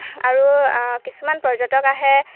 আৰু কিছুমান পৰ্যটক আহে